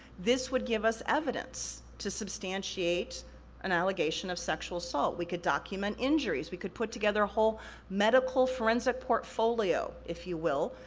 this would give us evidence to substantiate an allegation of sexual assault, we could document injuries, we could put together a whole medical forensic portfolio, if you will,